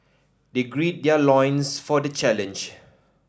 they grid their loins for the challenge